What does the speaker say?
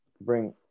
bring